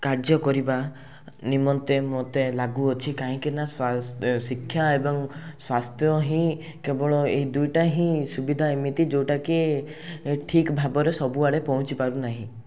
କାର୍ଯ୍ୟ କରିବା ନିମନ୍ତେ ମୋତେ ଲାଗୁଅଛି କାହିଁକିନା ସ୍ୱା ଏ ଶିକ୍ଷା ଏବଂ ସ୍ୱାସ୍ଥ୍ୟ ହିଁ କେବଳ ଏଇ ଦୁଇଟା ହିଁ ସୁବିଧା ଏମିତି ଯେଉଁଟାକି ଠିକ୍ ଭାବରେ ସବୁ ଆଡ଼େ ପହଞ୍ଚି ପାରୁନାହିଁ